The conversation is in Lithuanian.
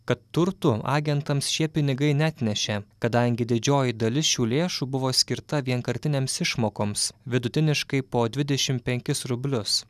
kad turtų agentams šie pinigai neatnešė kadangi didžioji dalis šių lėšų buvo skirta vienkartinėms išmokoms vidutiniškai po dvidešimt penkis rublius